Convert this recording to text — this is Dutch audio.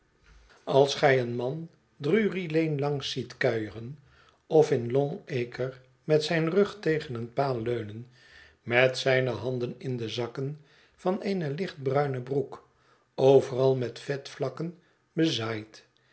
als gij schetsen van boz een man drury-lane langs zietkuieren of in long-acre met zijn rug tegen een paal leunen met zijne handen in de zakken van eene lichtbruine broek overal met vetvlakken bezaaid